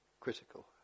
Critical